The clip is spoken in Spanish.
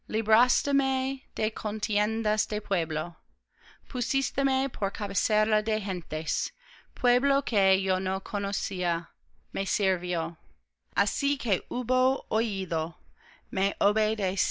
contiendas de pueblo pusísteme por cabecera de gentes pueblo que yo no conocía me sirvió así que hubo oído